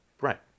right